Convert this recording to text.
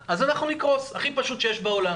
אבל אתם יכולים גם לטפל באירוע הזה לפני שהוא קורה,